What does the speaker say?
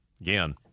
again